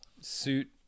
suit